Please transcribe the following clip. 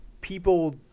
people